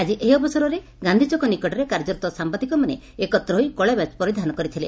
ଆଜି ଏହି ଅବସରରେ ଗାଧ୍ଧୀଛକ ନିକଟରେ କାର୍ଯ୍ୟରତ ସାମ୍ନାଦିକମାନେ ଏକତ୍ର ହୋଇ କଳାବ୍ୟାଚ ପରିଧାନ କରିଥିଲେ